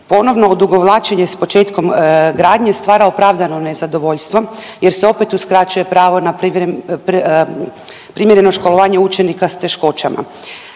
Ponovno odugovlačenje s početkom gradnje stvara opravdano nezadovoljstvo jer se opet uskraćuje pravo na primjereno školovanje učenika s teškoćama.